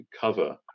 cover